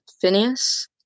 Phineas